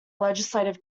legislative